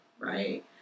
right